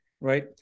right